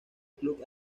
club